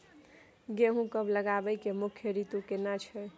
गेहूं कब लगाबै के मुख्य रीतु केना छै?